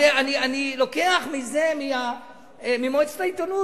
הרי אני לוקח את זה ממועצת העיתונות,